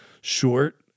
short